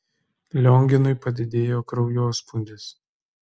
lionginui padidėjo kraujospūdis